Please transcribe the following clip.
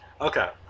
okay